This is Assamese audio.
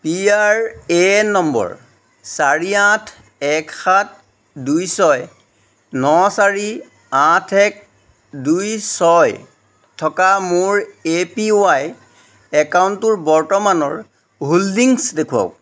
P R A N number চাৰি আঠ এক সাত দুই ছয় ন চাৰি আঠ এক দুই ছয় থকা মোৰ এ পি ৱাই একাউণ্টটোৰ বৰ্তমানৰ হোল্ডিংছ দেখুৱাওক